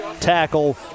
tackle